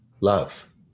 love